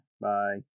Bye